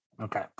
okay